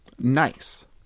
Nice